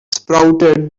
sprouted